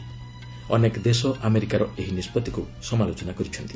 ଅନେକ ଦେଶ ଆମେରିକାର ଏହି ନିଷ୍ପଭିକ୍ତ ସମାଲୋଚନା କରିଛନ୍ତି